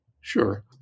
Sure